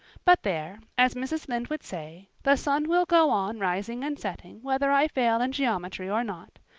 but there, as mrs. lynde would say, the sun will go on rising and setting whether i fail in geometry or not.